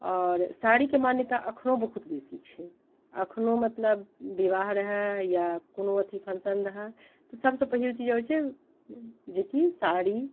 आओर साड़ीके मान्यता अखनो बहुत बेसी छै अखनो मतलब विवाह रहै या कोनो अथि फंक्शन रहै तऽ सभसँ पहिल चीज होइत छै जेकि साड़ी